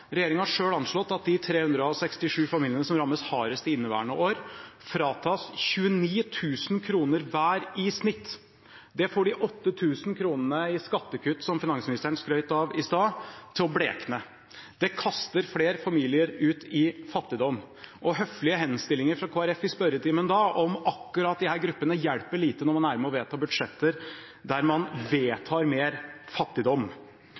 har selv anslått at de 367 familiene som rammes hardest i inneværende år, fratas 29 000 kr hver i snitt. Det får de 8 000 kr i skattekutt som finansministeren skrøt av i stad, til å blekne. Det kaster flere familier ut i fattigdom. Og høflige henstillinger fra Kristelig Folkeparti i spørretimen om akkurat disse gruppene hjelper lite når man er med på å vedta budsjetter der man vedtar mer fattigdom.